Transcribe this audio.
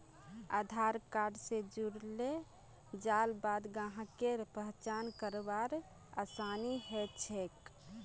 आधार card स जुड़ेल जाल बाद ग्राहकेर पहचान करवार आसानी ह छेक